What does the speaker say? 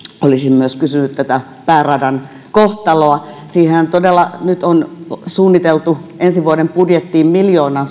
olisin myös kysynyt pääradan kohtalosta siihenhän todella nyt on suunniteltu ensi vuoden budjettiin miljoonan